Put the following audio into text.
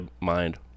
mind